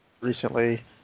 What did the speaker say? recently